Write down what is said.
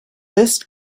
list